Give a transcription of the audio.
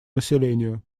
населению